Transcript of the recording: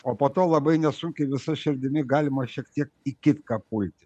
o po to labai nesunkiai visa širdimi galima šiek tiek į kitką pulti